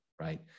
Right